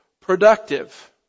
productive